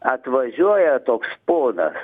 atvažiuoja toks ponas